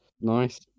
Nice